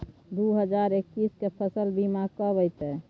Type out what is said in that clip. दु हजार एक्कीस के फसल बीमा कब अयतै?